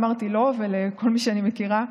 אמרתי לו ולכל מי שאני מכירה,